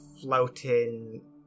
floating